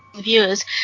viewers